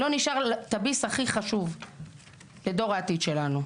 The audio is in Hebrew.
לא נשאר את הביס הכי חשוב לדור העתיד שלנו.